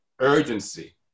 urgency